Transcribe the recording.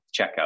checkout